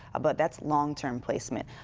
ah but that's longterm placement.